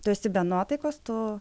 tu esi be nuotaikos tu